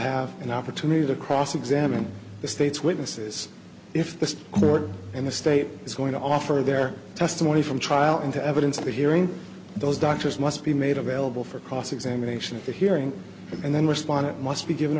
have an opportunity to cross examine the state's witnesses if the court and the state is going to offer their testimony from trial into evidence or hearing those doctors must be made available for cross examination at the hearing and then respondent must be given